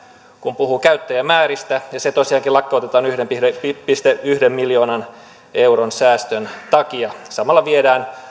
kun puhutaan käyttäjämääristä ja se tosiaankin lakkautetaan yhden pilkku yhden miljoonan euron säästön takia samalla viedään